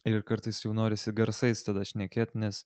ir kartais jau norisi garsais tada šnekėt nes